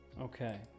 Okay